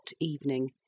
evening